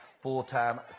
full-time